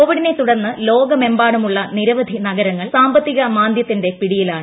കോവിഡിനെ തുടർന്ന് ലോകമെമ്പാടുമുള്ള നിരവധി നഗരങ്ങൾ സാമ്പത്തികമാന്ദ്യത്തിന്റെ പിടിയിലാണ്